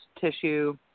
tissue